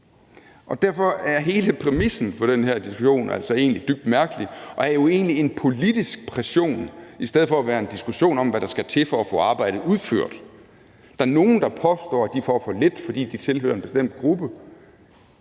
derfor er hele præmissen for denne diskussion egentlig dybt mærkelig og jo egentlig en politisk pression i stedet for at være en diskussion om, hvad der skal til for at få arbejde udført. Der er nogle, der påstår, de får for lidt, fordi de tilhører en bestemt gruppe.